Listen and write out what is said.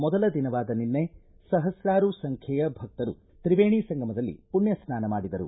ಮೊದಲ ದಿನವಾದ ನಿನ್ನೆ ಸಹಸ್ರಾರು ಸಂಖ್ಯೆಯ ಭಕ್ತರು ತ್ರಿವೇಣಿ ಸಂಗಮದಲ್ಲಿ ಪುಣ್ಯ ಸ್ನಾನ ಮಾಡಿದರು